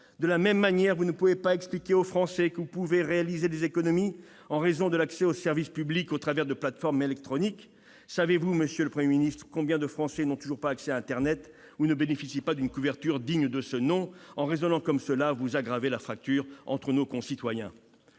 De la même manière, vous ne pouvez pas expliquer aux Français que vous voulez réaliser des économies en raison de l'accès aux services publics au travers de plateformes électroniques. Savez-vous combien de Français n'ont toujours pas accès à internet ou ne bénéficient pas d'une couverture digne de ce nom ? En raisonnant comme cela, vous aggravez la fracture entre nos concitoyens